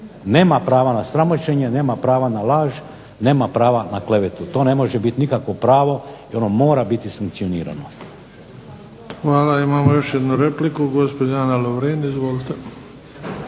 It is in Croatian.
Nema prava na sramoćenje, nema prava na laž, nema prava na klevetu, to ne može biti nikakvo pravo i ono mora biti sankcionirano.